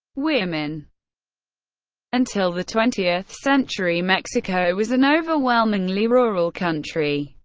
women until the twentieth century, mexico was an overwhelmingly rural country,